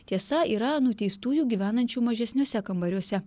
tiesa yra nuteistųjų gyvenančių mažesniuose kambariuose